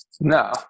no